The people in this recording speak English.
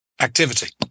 activity